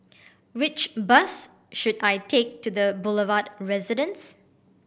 which bus should I take to The Boulevard Residence